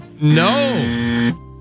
No